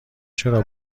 چرا